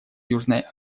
южной